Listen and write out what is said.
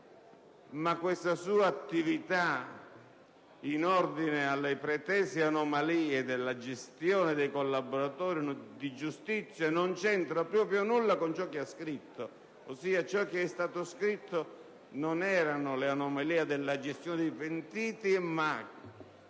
Ma questa sua attività, in ordine alle pretese anomalie nella gestione dei collaboratori di giustizia, non c'entra proprio nulla con ciò che ha scritto: ciò che è stato scritto non riguardava le anomalie nella gestione dei pentiti, ma